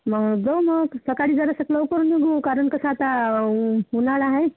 मग जाऊ मग सकाळी जरासेक लवकर निघू कारण कसं आता उन्हाळा आहे